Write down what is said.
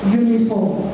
uniform